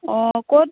অ' ক'ত